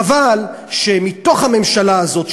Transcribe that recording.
חבל שמתוך הממשלה הזאת,